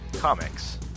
Comics